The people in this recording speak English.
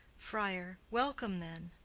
friar. welcome then.